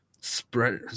spread